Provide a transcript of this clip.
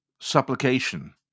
supplication